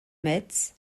metz